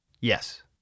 Yes